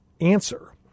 answer